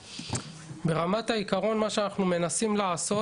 ברמת העיקרון מה שאנחנו מנסים לעשות,